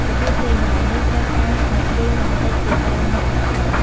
របៀបលេង ល្បែងនេះត្រូវការអ្នកលេងយ៉ាងតិចពី ៥ នាក់ឡើងទៅ ។